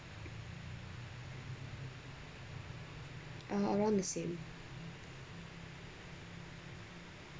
uh around the same